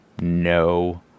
No